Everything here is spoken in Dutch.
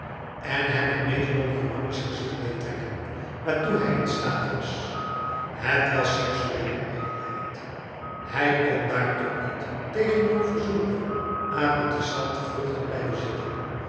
en hem het meest donjuanisch gezicht deed trekken waartoe hij in staat was het was seksuele ijdelheid hij kon daar toch niet tegenover zulke appétissante vruchten blijven zitten